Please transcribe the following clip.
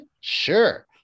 sure